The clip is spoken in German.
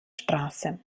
straße